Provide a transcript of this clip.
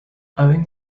owing